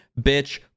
bitch